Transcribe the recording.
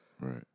right